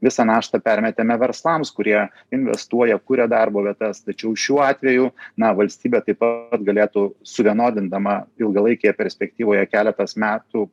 visą naštą permetėme verslams kurie investuoja kuria darbo vietas tačiau šiuo atveju na valstybė taip pat galėtų suvienodindama ilgalaikėje perspektyvoje keletas metų